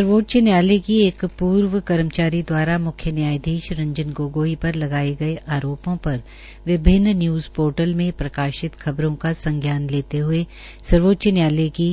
सर्वोच्च न्यायालय की एक पूर्व कर्मचारी द्वारा न्यायाधीश रंजन गोगोई पर लगाये गये आरोपों पर विभिन्न न्यूज़ पोर्टल में प्रकाशित खबरों का संज्ञान लेते हये सर्वोच्च न्यायालय की